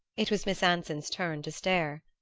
it was miss anson's turn to stare.